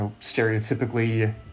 stereotypically